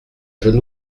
jeune